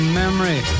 memory